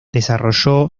desarrolló